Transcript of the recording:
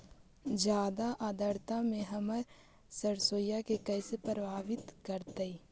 जादा आद्रता में हमर सरसोईय के कैसे प्रभावित करतई?